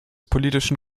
politischen